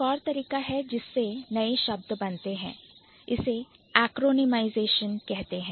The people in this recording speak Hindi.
एक और तरीका है जिससे नए शब्द बनते हैं जिसे Acronymization संक्षिप्तीकरण कहते हैं